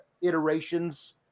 iterations